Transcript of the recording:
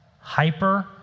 Hyper